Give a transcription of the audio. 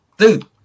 Dude